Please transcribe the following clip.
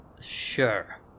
Sure